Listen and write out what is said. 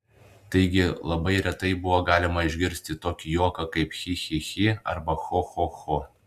taigi labai retai buvo galima išgirsti tokį juoką kaip chi chi chi arba cho cho cho